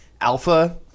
alpha